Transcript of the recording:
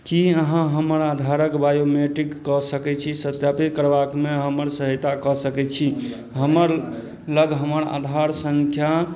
कि अहाँ हमर आधारके बायोमेट्रिक कऽ सकै छी सत्यापित करबामे हमर सहायता कऽ सकै छी हमरलग हमर आधार सँख्या